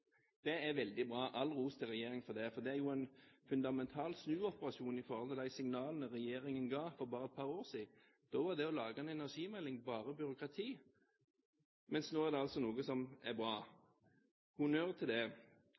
Dette er veldig bra. All ros til regjeringen for det, for det er jo en fundamental snuoperasjon i forhold til de signalene regjeringen ga for bare et par år siden. Da var det å lage en energimelding bare byråkrati, mens det nå er noe som er bra. Honnør for det!